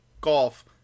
Golf